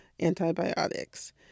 antibiotics